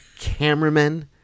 cameramen